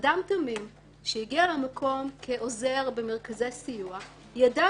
אדם תמים שהגיע למקום כעוזר במרכזי סיוע יידע